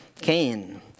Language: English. Cain